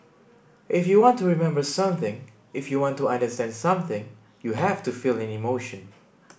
if you want to remember something if you want to understand something you have to feel an emotion